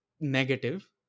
negative